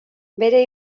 bere